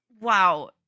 Wow